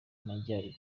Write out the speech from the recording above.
majyaruguru